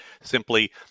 simply